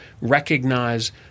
recognize